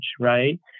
right